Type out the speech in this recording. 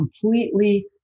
completely